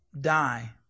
die